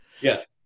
Yes